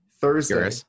Thursday